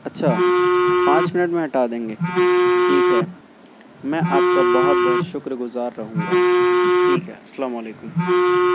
اچھا پانچ منٹ میں ہٹا دیں گے ٹھیک ہے میں آپ کا بہت بہت شکرگزار رہوں گا ٹھیک ہے السلام علیکم